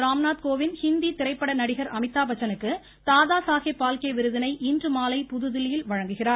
ராம்நாத் கோவிந்த் ஹிந்தி திரைப்பட நடிகர் அமிதாப் பச்சனுக்கு தாதா சாஹேப் பால்கே விருதினை இன்றுமாலை புதுதில்லியில் வழங்குகிறார்